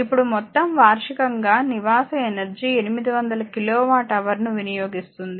ఇప్పుడు మొత్తం వార్షికంగా నివాస ఎనర్జీ 800 కిలో వాట్ హవర్ను వినియోగిస్తుంది